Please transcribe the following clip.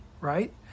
right